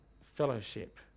fellowship